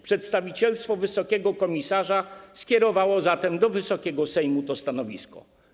Przedstawicielstwo wysokiego komisarza skierowało zatem do Wysokiego Sejmu to stanowisko.